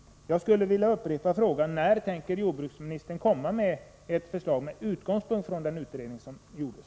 Jag skulle vilja upprepa min fråga: När tänker jordbruksministern komma med förslag med utgångspunkt i den utredning som gjorts?